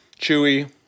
chewy